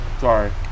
Sorry